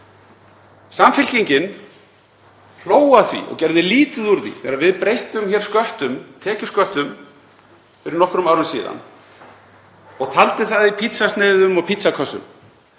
Samfylkingin hló að því og gerði lítið úr því þegar við breyttum tekjusköttum fyrir nokkrum árum og taldi það í pítsusneiðum og pítsukössum,